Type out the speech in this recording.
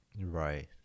Right